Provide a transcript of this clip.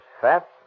fat